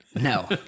No